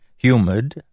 Humid